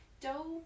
dough